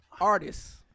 artists